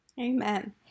Amen